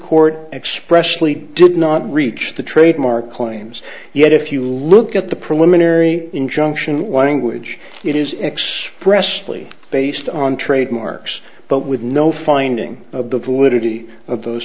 court expressly did not reach the trademark claims yet if you look at the preliminary injunction language it is expressly based on trademarks but with no finding of the validity of those